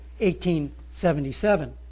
1877